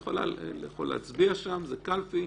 ילכו להצביע שם, זו קלפי.